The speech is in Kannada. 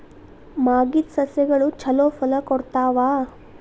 ಮಾಗಿದ್ ಸಸ್ಯಗಳು ಛಲೋ ಫಲ ಕೊಡ್ತಾವಾ?